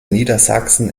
niedersachsen